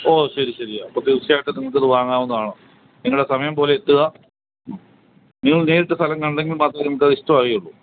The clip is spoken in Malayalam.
ഓ ശരി ശരി അപ്പോള് തീർച്ചയായിട്ടും നിങ്ങള്ക്കിത് വാങ്ങാവുന്നതാണ് നിങ്ങളുടെ സമയം പോലെ എത്തുക നിങ്ങൾ നേരിട്ട് സ്ഥലം കണ്ടെങ്കിൽ മാത്രമേ നിങ്ങള്ക്കത് ഇഷ്ടമാകുകയുള്ളൂ